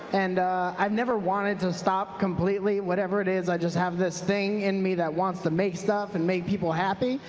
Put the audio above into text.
and i never wanted to stop completely. whatever it is. i have this thing in me that wants to make stuff and make people happy.